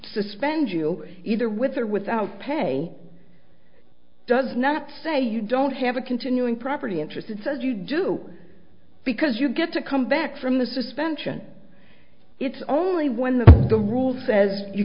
suspend you either with or without pay does not say you don't have a continuing property interest and says you do because you get to come back from the suspension it's only when the rule says you